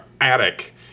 attic